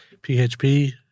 PHP